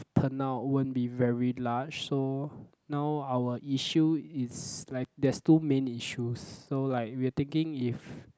turn out won't be very large so now our issue is like there's two main issues so like we are thinking if